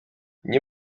nie